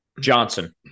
Johnson